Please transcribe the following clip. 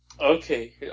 Okay